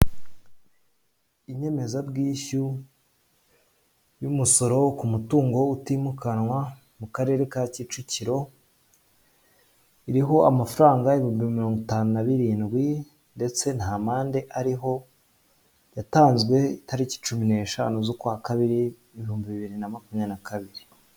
Inyemezabwishyu y'umusoro ku mutungo utimukanwa mu karere ka Kicukiro iriho amafaranga ibihumbi mirongo itanu na birindwi ndetse nta mpande ariho yatanzwe tariki cumi n'eshanu z'ukwakabiri ibihumbi bibiri na makumyabiri na kabiri.